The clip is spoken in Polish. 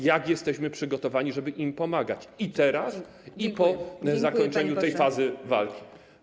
Jak jesteśmy przygotowani, żeby im pomagać: i teraz, i po zakończeniu tej fazy walki?